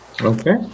Okay